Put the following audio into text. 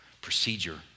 procedure